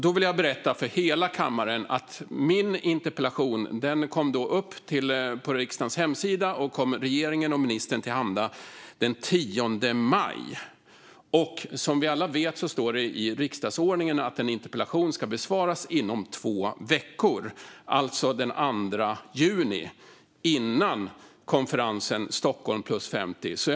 Då vill jag berätta för hela kammaren att min interpellation kom upp på riksdagens hemsida och ministern och regeringen till handa den 10 maj, och som vi alla vet står det i riksdagsordningen att en interpellation ska besvaras inom två veckor, alltså den 2 juni - innan Stockholm + 50 började.